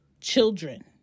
children